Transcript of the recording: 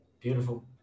Beautiful